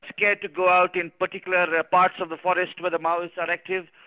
scared to go out in particular and parts of the forest where the moas are active.